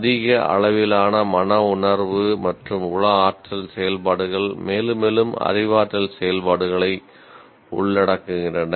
அதிக அளவிலான மனவுணர்வு மற்றும் உள ஆற்றல் செயல்பாடுகள் மேலும் மேலும் அறிவாற்றல் செயல்பாடுகளை உள்ளடக்குகின்றன